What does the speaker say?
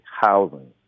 housing